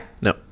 No